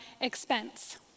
expense